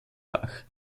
bach